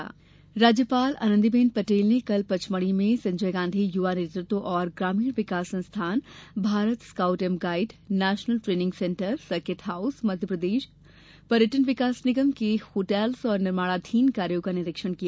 राज्यपाल राज्यपाल आनंदीबेन पटेल ने कल पचमढ़ी में संजय गांधी यूवा नेतृत्व एवं ग्रामीण विकास संस्थान Bharat scout and guide national training centre circuit house मप्र पर्यटन विकास निगम के होटलों और निर्माणाधीन कायाँ का निरीक्षण किया